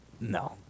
no